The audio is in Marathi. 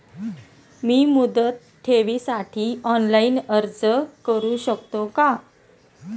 मी मुदत ठेवीसाठी ऑनलाइन अर्ज करू शकतो का?